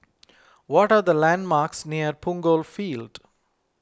what are the landmarks near Punggol Field